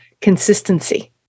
consistency